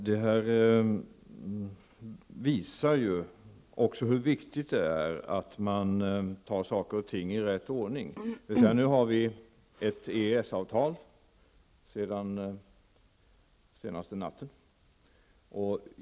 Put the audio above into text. Herr talman! Det här visar också hur viktigt det är att man tar saker och ting i rätt ordning. Nu har vi ett EES-avtal sedan den senaste natten.